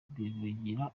bivugira